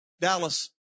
Dallas